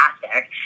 fantastic